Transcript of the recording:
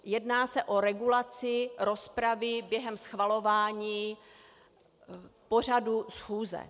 Jedná se o regulaci rozpravy během schvalování pořadu schůze.